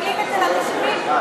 את זה לתושבים.